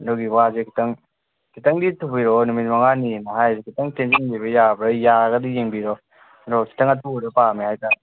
ꯑꯗꯨꯒꯤ ꯋꯥꯁꯦ ꯈꯤꯇꯪ ꯈꯤꯇꯪꯗꯤ ꯊꯨꯕꯤꯔꯛꯑꯣ ꯅꯨꯃꯤꯠ ꯃꯉꯥꯅꯤ ꯍꯥꯏꯅ ꯍꯥꯏꯔꯤꯁꯦ ꯈꯤꯇꯪ ꯇꯦꯟꯖꯟꯕꯤꯕ ꯌꯥꯕ꯭ꯔꯥ ꯌꯥꯔꯒꯗꯤ ꯌꯦꯡꯕꯤꯔꯣ ꯑꯗꯣ ꯈꯤꯇꯪ ꯑꯊꯨꯕꯗ ꯄꯥꯝꯃꯦ ꯍꯥꯏꯕꯇꯥꯔꯦ